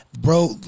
Bro